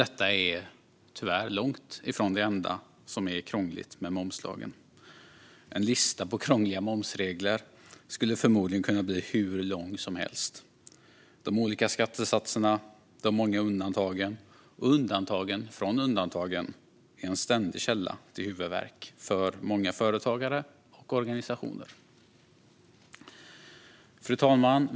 Detta är tyvärr långt ifrån det enda som är krångligt med momslagen. En lista på krångliga momsregler skulle förmodligen kunna bli hur lång som helst. De olika skattesatserna, de många undantagen och undantagen från undantagen är en ständig källa till huvudvärk för många företagare och organisationer. Fru talman!